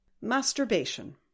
Masturbation